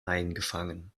eingefangen